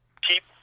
keep